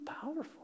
powerful